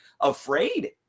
afraid